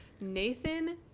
Nathan